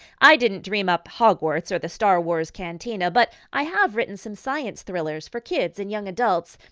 i didn't dream up hogwarts or the star wars' cantina, but i have written some science thrillers for kids and young adults.